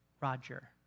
Roger